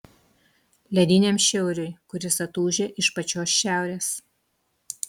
lediniam šiauriui kuris atūžia iš pačios šiaurės